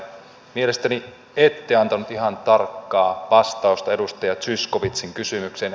mielestäni ette antanut ihan tarkkaa vastausta edustaja zyskowiczin kysymykseen